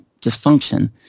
dysfunction